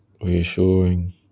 reassuring